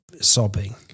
sobbing